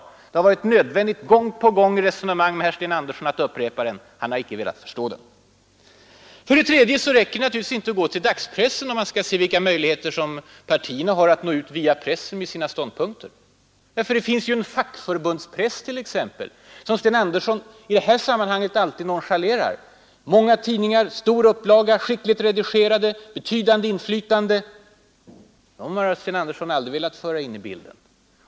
Men det har varit nödvändigt att upprepa den gång på gång vid resonemangen med Sten Andersson. Han har inte velat förstå den. För det tredje går det givetvis inte att bara studera dagspressen om man vill se vilka möjligheter partierna har att nå ut med sina ståndpunkter via pressen. Vi har ju också fackförbundspressen, som Sten Andersson i sådana här sammanhang alltid nonchalerar. Där finns många tidningar med stora upplagor, skickligt redigerade och med betydande inflytande. Men de tidningarna har Sten Andersson aldrig velat föra in i bilden.